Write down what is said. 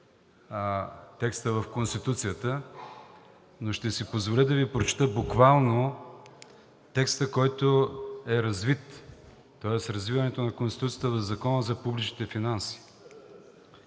текста в Конституцията, но ще си позволя да Ви прочета буквално текста, който е развит, тоест развиването на Конституцията в Закона за публичните финанси: